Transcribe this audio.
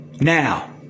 Now